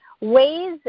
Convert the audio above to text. ways